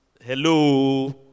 Hello